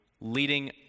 leading